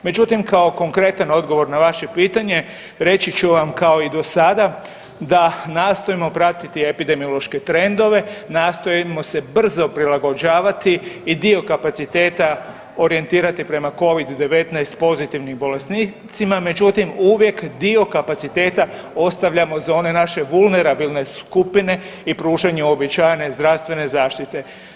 Međutim, kao konkretan odgovor na vaše pitanje reći ću vam kao i dosada da nastojimo pratiti epidemiološke trendove, nastojimo se brzo prilagođavati i dio kapaciteta orijentirati prema Covid-19 pozitivni bolesnicima, međutim uvijek dio kapaciteta ostavljamo za one naše vulnerabilne skupine i pružanju uobičajene zdravstvene zaštite.